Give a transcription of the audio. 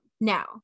Now